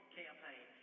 campaign